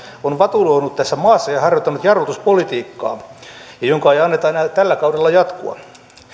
on vatuloinut tässä maassa ja harjoittanut jarrutuspolitiikkaa jonka ei anneta enää tällä kaudella jatkua